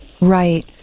Right